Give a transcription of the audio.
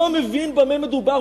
לא מבין במה מדובר.